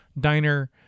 diner